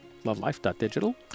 LoveLife.digital